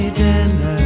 dinner